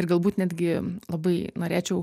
ir galbūt netgi labai norėčiau